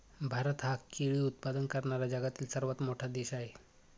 भारत हा केळी उत्पादन करणारा जगातील सर्वात मोठा देश आहे